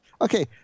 Okay